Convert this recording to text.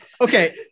Okay